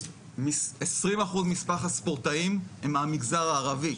20% מסך הספורטאים הם מהמגזר הערבי,